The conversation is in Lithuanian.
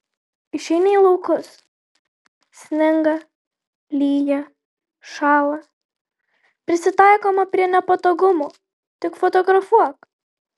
išeini į laukus sninga lyja šąla prisitaikoma prie nepatogumų tik fotografuok